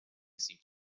seemed